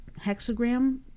hexagram